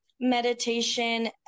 meditation